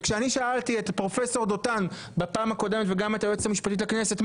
וכשאני שאלתי את פרופסור דותן בפעם הקודמת וגם את היועץ המשפטי לכנסת,